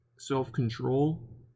self-control